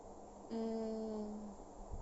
mm